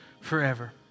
forever